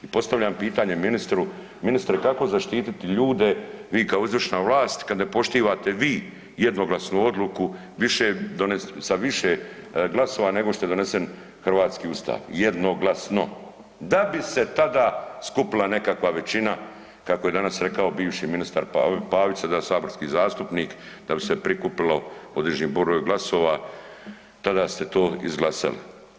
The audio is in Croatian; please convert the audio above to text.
I postavljam pitanje ministru, ministre kako zaštititi ljude vi kao izvršna vlast kad ne poštivate vi jednoglasnu odluku više, sa više glasova nego što je donesen hrvatski ustav, jednoglasno, da bi se tada skupila nekakva većina, kako je danas rekao bivši ministar Pavić sada saborski zastupnik, da bi se prikupilo određeni broj glasova tada ste to izglasali.